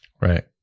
right